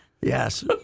yes